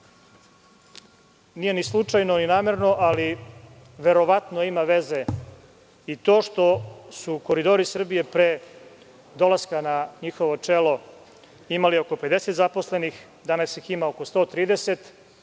nije ni slučajno, ni namerno, ali verovatno ima veze to što su Koridori Srbije pre dolaska na njihovo čelo imali oko 50 zaposlenih, a danas ih ima oko 130.